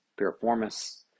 piriformis